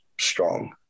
strong